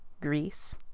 Greece